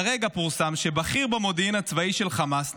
כרגע פורסם שבכיר במודיעין הצבאי של חמאס,